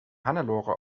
hannelore